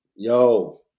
Yo